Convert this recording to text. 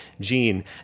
gene